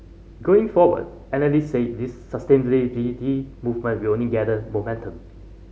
going forward analyst said this movement will only gather momentum